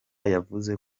yavuze